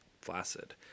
Flaccid